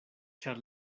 ĉar